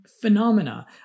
phenomena